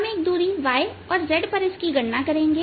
हम एक दूरी y और z पर इसकी गणना करेंगे